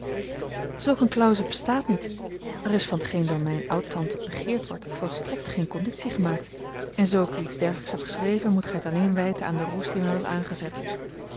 eene clause bestaat niet er is van t geen door mijne oud-tante begeerd wordt volstrekt geene conditie gemaakt en zoo ik u iets dergelijks heb geschreven moet gij het alleen wijten aan den roes die mij was aangezet